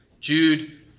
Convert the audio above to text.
Jude